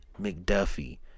McDuffie